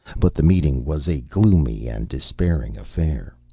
but the meeting was a gloomy and despairing affair.